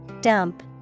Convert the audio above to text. Dump